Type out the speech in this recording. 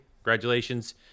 congratulations